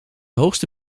hoogste